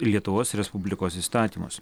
lietuvos respublikos įstatymus